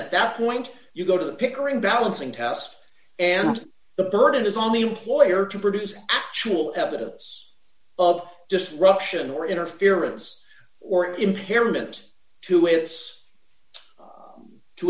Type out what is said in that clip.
at that point you go to the pickering balancing test and the burden is on the employer to produce actual evidence of disruption or interference or impairment to its